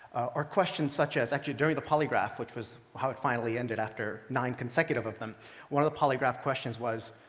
or questions such as actually, during the polygraph, which was how it finally ended after nine consecutive of them one of the polygraph questions was.